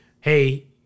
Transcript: hey